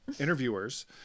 interviewers